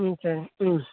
ம் சரி ம்